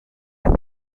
las